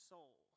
Soul